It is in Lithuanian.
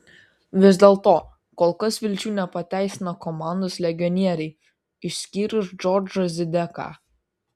vis dėlto kol kas vilčių nepateisina komandos legionieriai išskyrus džordžą zideką